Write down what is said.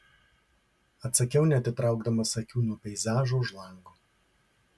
atsakiau neatitraukdamas akių nuo peizažo už lango